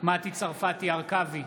מטי צרפתי הרכבי,